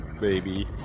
baby